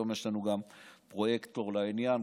היום יש לנו גם פרויקטור לעניין,